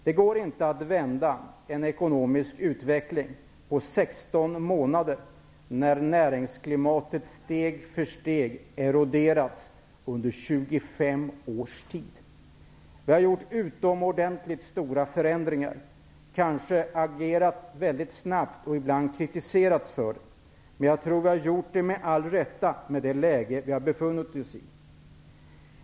Det går inte att vända en ekonomisk utveckling på 16 månader när näringsklimatet steg för steg eroderats under 25 års tid. Vi har gjort utomordentligt stora förändringar, kanske agerat väldigt snabbt och ibland kritiserats för detta, men jag tror att vi gjort det med all rätt i det läge som vi befunnit oss i.